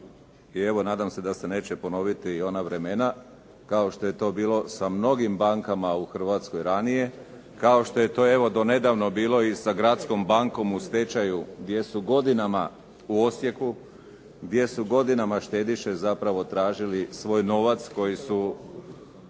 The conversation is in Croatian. i evo nadam se da se neće ponoviti ona vremena kao što je to bilo sa mnogim bankama u Hrvatskoj ranije, kao što je to, evo do nedavno bilo i sa Gradskom bankom u Osijeku u stečaju gdje su godinama štediše zapravo tražili svoj novac koji su